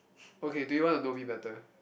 okay do you want to know me better